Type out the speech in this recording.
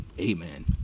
amen